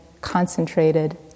concentrated